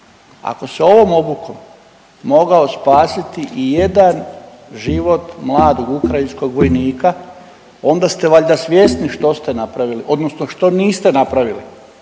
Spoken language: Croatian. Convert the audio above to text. ako se ovom obukom mogao spasiti ijedan život mladog ukrajinskog vojnika onda ste valjda svjesni što ste napravili odnosno što niste napravili